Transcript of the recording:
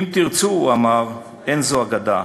"אם תרצו", הוא אמר, "אין זו אגדה",